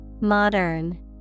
Modern